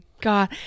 god